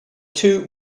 two